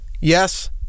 Yes